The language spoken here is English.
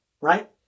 right